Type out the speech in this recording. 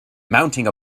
mounting